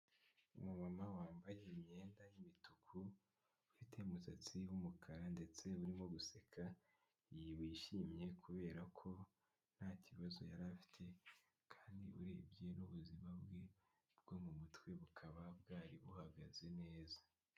Umumama wambaye imyenda y’umutuku ufite umusatsi w’umukara ndetse urimo guseka wishimye kubera ko ntakibazo yari afite kandi urebye n’ubuzima bwe bwo mumutwe bukaba bwari buhagaze neza.